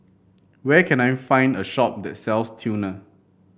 where can I find a shop that sells Tena